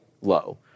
low